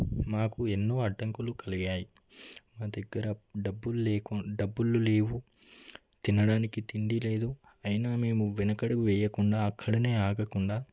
మాకు ఎన్నో అడ్డంకులు కలిగాయి మా దగ్గర డబ్బుల్ లేకుండా డబ్బులు లేవు తినడానికి తిండి లేదు అయినా మేము వెనకడుగు వేయకుండా అక్కడనే ఆగకుండా